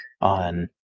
on